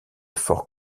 fort